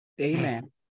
Amen